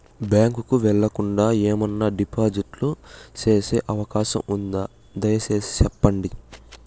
Bank కు వెళ్లకుండా, ఏమన్నా డిపాజిట్లు సేసే అవకాశం ఉందా, దయసేసి సెప్పండి?